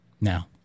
now